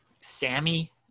Sammy